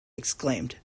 exclaimed